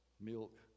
milk